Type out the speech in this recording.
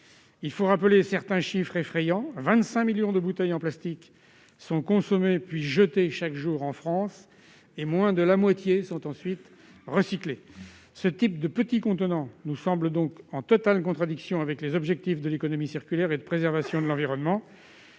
Il faut rappeler certains chiffres effrayants : quelque 25 millions de bouteilles en plastique sont consommées, puis jetées chaque jour en France, et moins de la moitié est ensuite recyclée. Ce type de petits contenants nous semble en totale contradiction avec les objectifs de l'économie circulaire et de la préservation de l'environnement.